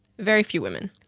very few women.